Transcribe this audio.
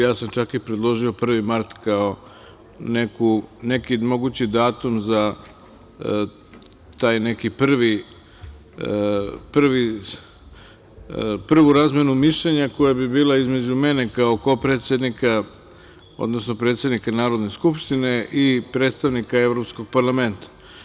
Ja sam čak i predložio 1. mart kao neki mogući datum za tu neku prvu razmenu mišljenja koja bi bila između mene kao predsednika Narodne skupštine i predstavnika Evropskog parlamenta.